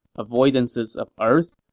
avoidances of earth,